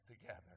together